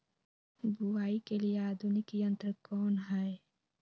बुवाई के लिए आधुनिक यंत्र कौन हैय?